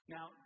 Now